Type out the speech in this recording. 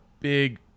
big